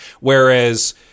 Whereas